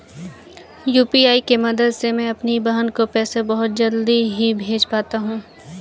UPI के मदद से मैं अपनी बहन को पैसे बहुत जल्दी ही भेज पाता हूं